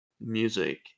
music